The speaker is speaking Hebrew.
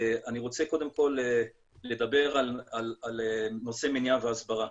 אני רוצה קודם כל לדבר על נושא מניעה והסברה.